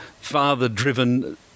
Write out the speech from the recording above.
father-driven